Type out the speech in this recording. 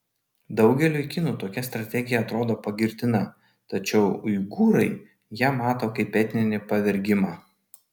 daugeliui kinų tokia strategija atrodo pagirtina tačiau uigūrai ją mato kaip etninį pavergimą